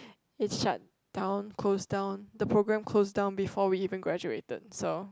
it shut down close down the program closed down before we even graduated so